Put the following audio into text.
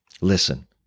Listen